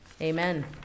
Amen